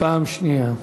פעם שנייה.